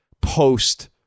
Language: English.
post